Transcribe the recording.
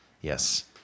Yes